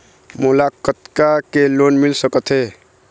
मोला कतका के लोन मिल सकत हे?